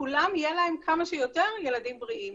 לכולם יהיה כמה שיותר ילדים בריאים,